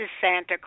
Santa